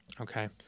okay